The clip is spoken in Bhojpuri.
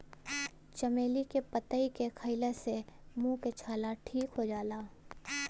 चमेली के पतइ के खईला से मुंह के छाला ठीक हो जाला